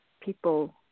people